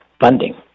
funding